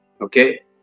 Okay